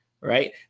right